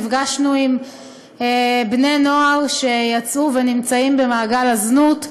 נפגשנו עם בני נוער שיצאו ונמצאים במעגל הזנות,